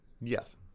Yes